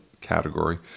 category